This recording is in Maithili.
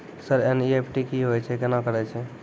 सर एन.ई.एफ.टी की होय छै, केना करे छै?